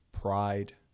Pride